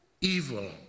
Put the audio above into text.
evil